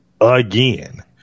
again